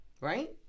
right